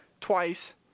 Twice